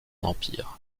l’empire